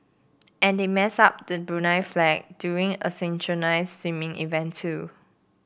and they messed up the Brunei flag during a synchronised swimming event too